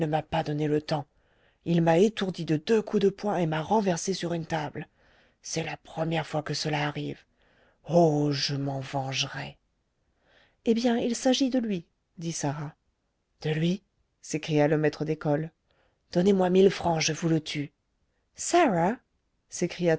m'a pas donné le temps il m'a étourdi de deux coups de poing et m'a renversé sur une table c'est la première fois que cela m'arrive oh je m'en vengerai eh bien il s'agit de lui dit sarah de lui s'écria le maître d'école donnez-moi mille francs je vous le tue sarah s'écria